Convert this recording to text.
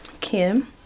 Kim